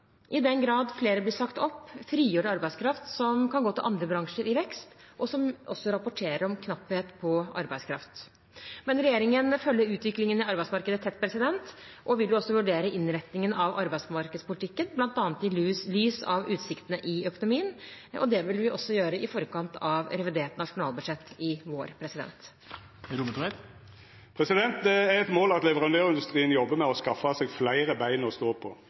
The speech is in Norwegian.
I den grad flere blir sagt opp, frigjør det arbeidskraft som kan gå til andre bransjer i vekst, og som også rapporterer om knapphet på arbeidskraft. Men regjeringen følger utviklingen i arbeidsmarkedet tett og vil også vurdere innrettingen av arbeidsmarkedspolitikken, bl.a. i lys av utsiktene i økonomien. Det vil vi også gjøre i forkant av revidert nasjonalbudsjett i vår. Det er eit mål at leverandørindustrien jobbar med å skaffa seg fleire bein å stå på.